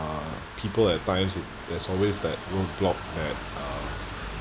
people at times there's always that road block at uh